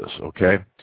okay